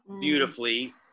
beautifully